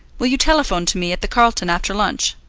will you telephone to me at the carlton after lunch?